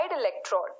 electrode